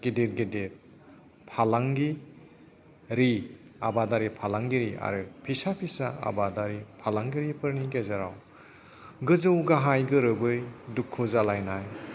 गिदिर गिदिर फालांगिरि आबादारि फालांगिरि आरो फिसा फिसा आबादारि फालांगिरिफोरनि गेजेराव गोजौ गाहाय गोरोबै दुखु जालायनाय